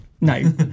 No